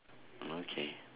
okay